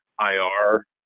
ir